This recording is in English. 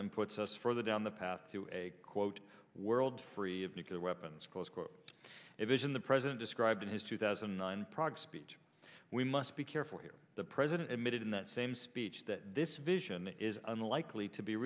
and puts us further down the path to a quote world free of nuclear weapons close quote a vision the president described in his two thousand and nine prague speech we must be careful here the president admitted in that same speech that this vision is unlikely to be